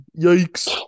Yikes